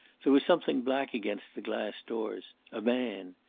there was something black against the glass doors a man.